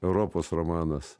europos romanas